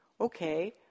Okay